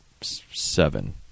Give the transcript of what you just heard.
seven